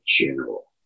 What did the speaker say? general